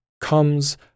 comes